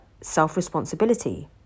self-responsibility